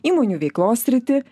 įmonių veiklos sritį